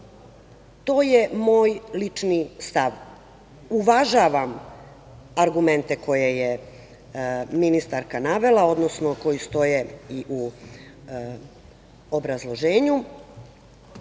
to je moj lični stav. Uvažavam argumente koje je ministarka navela, odnosno koji stoje i u obrazloženju,